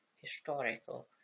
Historical